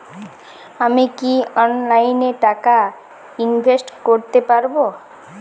আমি কি অনলাইনে টাকা ইনভেস্ট করতে পারবো?